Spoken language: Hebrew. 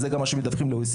וזה גם מה שמדווחים ל-OECD.